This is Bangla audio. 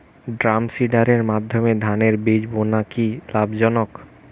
ড্রামসিডারের মাধ্যমে ধানের বীজ বোনা কি লাভজনক?